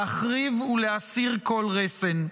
להחריב ולהסיר כל רסן.